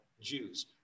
Jews